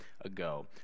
ago